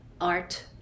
art